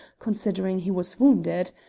considering he was wounded.